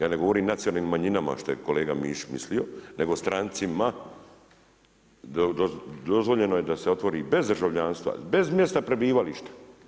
Ja ne govorim nacionalnim manjinama što je kolega Mišić mislio nego strancima, dozvoljeno je da se otvori bez državljanstva, bez mjesta prebivališta.